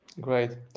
Great